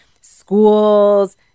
schools